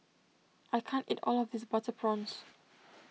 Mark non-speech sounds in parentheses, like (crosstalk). I can't eat all of this Butter Prawns (noise)